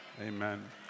Amen